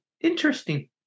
interesting